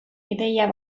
ideia